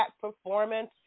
performance